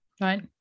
Right